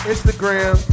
Instagram